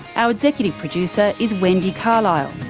our executive producer is wendy carlisle,